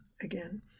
again